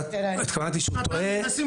התכוונתי שהוא טועה --- אנחנו מנסים